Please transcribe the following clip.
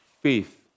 Faith